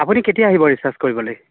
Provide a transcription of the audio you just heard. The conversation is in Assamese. আপুনি কেতিয়া আহিব ৰিছাৰ্চ কৰিবলৈ